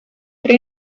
tre